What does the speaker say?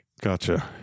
Gotcha